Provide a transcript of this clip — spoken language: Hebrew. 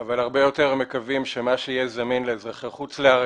אבל הרבה יותר מקווים שמה שיהיה זמין לאזרחי חוץ לארץ,